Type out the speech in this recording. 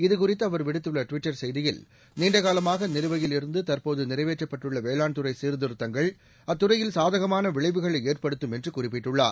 இதுகுறித்து அவர் விடுத்துள்ள டுவிட்டர் செய்தியில் நீண்டகாலமாக நிலுவையில் இருந்து தற்போது நிறைவேற்றப்பட்டுள்ள வேளாண்துறை சீர்திருத்தங்கள் அத்துறையில் சாதகமான விளைவுகளை ஏற்படுத்தும் என்று குறிப்பிட்டுள்ளார்